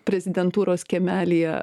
prezidentūros kiemelyje